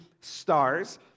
stars